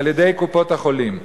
על-ידי קופות-החולים.